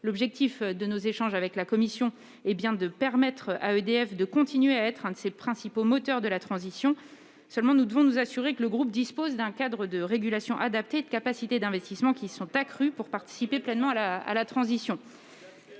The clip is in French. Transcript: L'objectif de nos échanges avec la Commission européenne est de permettre à EDF de continuer à être l'un des principaux moteurs de la transition. Néanmoins, nous devons nous assurer que le groupe dispose d'un cadre de régulation adapté ... Adapté à quoi ?... et de capacités d'investissement accrues, pour participer pleinement à la transition.